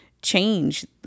change